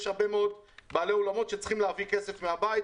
יש הרבה מאוד בעלי אולמות שצריכים להביא כסף מן הבית,